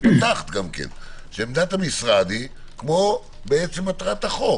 שעמדת המשרד היא כמו מטרת החוק